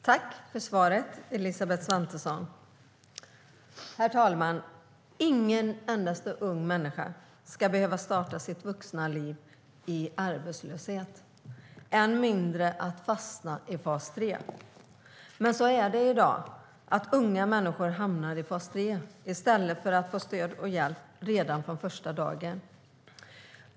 Herr talman! Ingen endaste ung människa ska behöva starta sitt vuxna liv i arbetslöshet, och än mindre fastna i fas 3. Så är det dock i dag: Unga människor fastnar i fas 3 i stället för att få stöd och hjälp redan från första dagen.